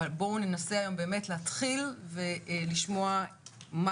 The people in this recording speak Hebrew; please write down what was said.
אבל בואו ננסה היום באמת להתחיל ולשמוע מה